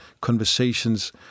conversations